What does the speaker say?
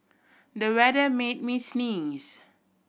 the weather made me sneeze